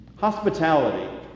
Hospitality